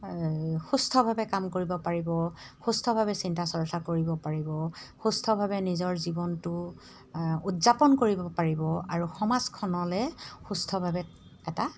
সুস্থভাৱে কাম কৰিব পাৰিব সুস্থভাৱে চিন্তা চৰ্চা কৰিব পাৰিব সুস্থভাৱে নিজৰ জীৱনটো উদযাপন কৰিব পাৰিব আৰু সমাজখনলৈ সুস্থভাৱে এটা